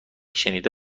شنیده